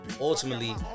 ultimately